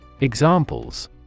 Examples